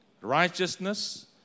righteousness